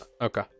okay